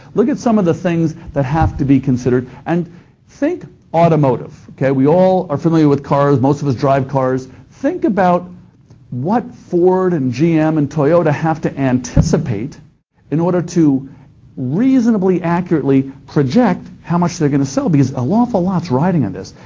look at some of the things that have to be considered and think automotive, okay? we all are familiar with cars. most of us drive cars. think about what ford and gm and toyota have to anticipate in order to reasonably accurately project how much they're going to sell because an awful lot's riding on this.